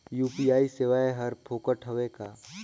UPI सेवाएं हर फोकट हवय का?